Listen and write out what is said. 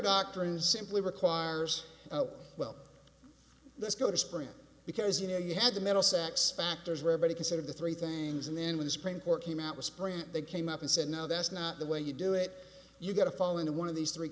doctors simply requires oh well let's go to spring because you know you had the metal sacks factors ready consider the three things and then when the supreme court came out with sprint they came up and said no that's not the way you do it you've got to fall into one of these three